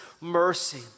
mercy